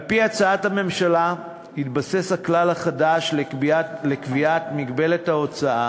על-פי הצעת הממשלה יתבסס הכלל החדש לקביעת מגבלת ההוצאה